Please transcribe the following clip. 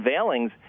unveilings